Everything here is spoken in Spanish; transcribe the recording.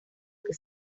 que